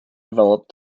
developed